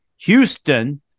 Houston